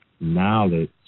knowledge